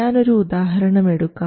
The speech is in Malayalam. ഞാൻ ഒരു ഉദാഹരണമെടുക്കാം